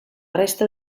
resta